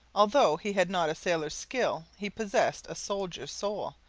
although he had not a sailor's skill, he possessed a soldier's soul,